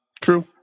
True